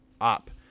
up